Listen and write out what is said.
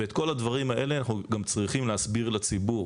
ואת כל הדברים האלה אנחנו גם צריכים להסביר לציבור